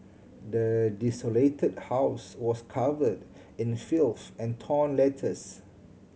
the desolated house was covered in filth and torn letters